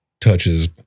touches